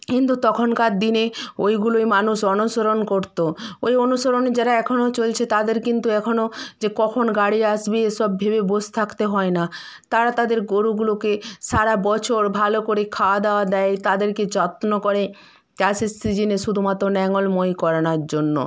কিন্তু তখনকার দিনে ওইগুলোই মানুষ অনুসরণ করতো ওই অনুসরণে যারা এখনো চলছে তাদের কিন্তু এখনো যে কখন গাড়ি আসবে এসব ভেবে বোস থাকতে হয় না তারা তাদের গরুগুলোকে সারা বছর ভালো করে খাওয়া দাওয়া দেয় তাদেরকে যত্ন করে চাষের সিজিনে শুধুমাত্র নাঙল মই করানোর জন্য